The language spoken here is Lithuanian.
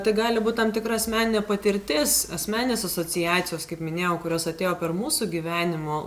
tai gali būt tam tikra asmeninė patirtis asmeninės asociacijos kaip minėjau kurios atėjo per mūsų gyvenimo